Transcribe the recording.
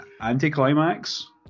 anticlimax